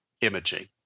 imaging